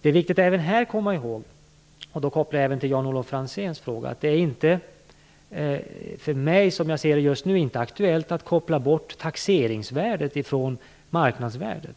Det är viktigt att även här komma ihåg - jag kopplar det även till Jan-Olof Franzéns fråga - att jag just nu inte ser att det är aktuellt att koppla bort taxeringsvärdet från marknadsvärdet.